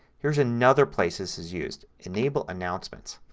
here's another place this is used. enable announcements.